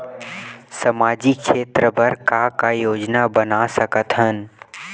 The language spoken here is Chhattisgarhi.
सामाजिक क्षेत्र बर का का योजना बना सकत हन?